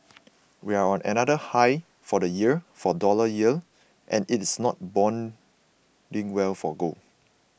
we're on another high for the year for dollar yields and it's not boding well for gold